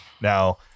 now